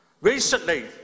Recently